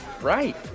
right